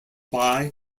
why